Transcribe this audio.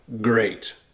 great